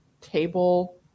table